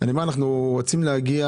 אנחנו רוצים להגיע,